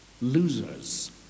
losers